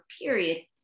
period